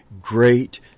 great